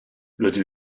rydw